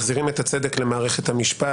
מחזירים את הצדק למערכת המשפט.